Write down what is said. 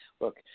Look